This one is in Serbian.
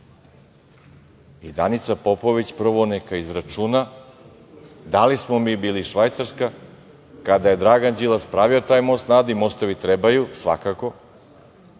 dinara. Danica Popović prvo neka izračuna da li smo mi bili Švajcarska kada je Dragan Đilas pravio taj most na Adi. Mostovi trebaju svakako,